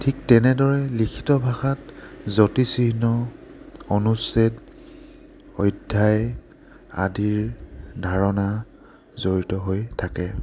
ঠিক তেনেদৰে লিখিত ভাষাত যতিচিহ্ন অনুচ্ছেদ অধ্যায় আদিৰ ধাৰণা জড়িত হৈ থাকে